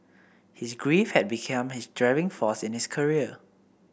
his grief had become his driving force in his career